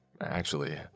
actually